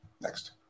next